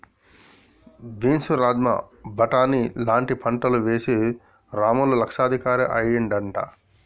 beans rajma బాటని లాంటి పంటలు వేశి రాము లక్షాధికారి అయ్యిండట